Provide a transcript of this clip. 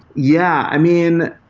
yeah, i mean,